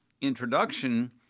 introduction